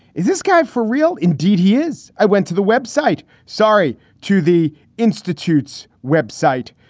is this guy for real? indeed he is. i went to the web site sorry to the institute's web site.